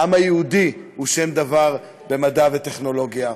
העם היהודי הוא שם דבר במדע ובטכנולוגיה.